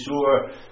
sure